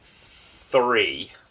Three